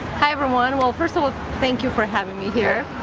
hi everyone. well, first of all, thank you for having me here.